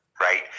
right